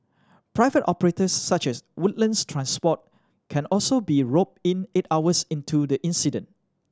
private operators such as Woodlands Transport can also be roped in eight hours into the incident